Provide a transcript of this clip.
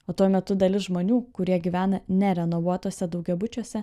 o tuo metu dalis žmonių kurie gyvena nerenovuotuose daugiabučiuose